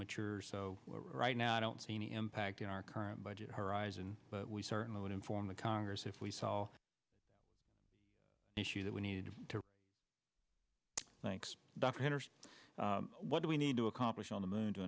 mature so right now i don't see any impact on our current budget horizon but we certainly would inform the congress if we sell issues that we need to thanks doc what do we need to accomplish on the moon to